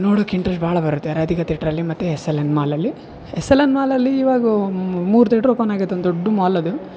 ನೋಡೋಕೆ ಇಂಟ್ರಸ್ಟ್ ಬಹಳ ಬರುತ್ತೆ ರಾಧಿಕ ತೇಟ್ರಲ್ಲಿ ಮತ್ತು ಎಸ್ ಎಲ್ ಎನ್ ಮಾಲಲ್ಲಿ ಎಸ್ ಎಲ್ ಎನ್ ಮಾಲಲ್ಲಿ ಇವಾಗೋ ಮೂರು ತೇಟ್ರ್ ಓಪನ್ ಆಗೈತೆ ಅಂತ ದೊಡ್ಡ ಮಾಲ್ ಅದು